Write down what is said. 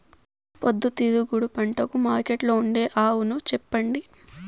పొద్దుతిరుగుడు పంటకు మార్కెట్లో ఉండే అవును చెప్పండి?